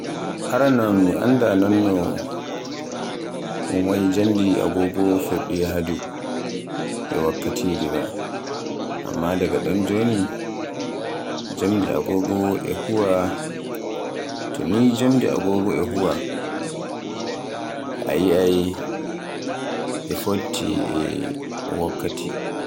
Aranon mi annda non un wa'i jamdi agogo fuɗɗi yahdu e wakkatire ba, Amma daga ɗon joni toni jamdi agogo e huwa, to ni jamdi agogo e huwa a yiai de fofti e wakkatire.